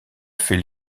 fait